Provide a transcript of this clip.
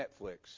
Netflix